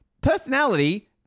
personality